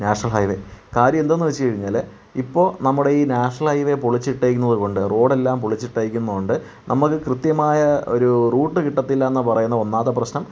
national highway കാര്യം എന്താന്നു വച്ചാൽ കഴിഞ്ഞാൽ ഇപ്പോൾ നമ്മുടെ ഈ നാഷണൽ ഹൈവേ പൊളിച്ചിട്ടിരിക്കുന്നത് കൊണ്ട് റോഡെല്ലാം പൊളിച്ചിട്ടേക്കുന്നത് കൊണ്ട് നമുക്ക് കൃത്യമായ ഒരു റൂട്ട് കിട്ടത്തില്ല എന്ന് പറയുന്നത് ഒന്നാമത്തെ പ്രശ്നം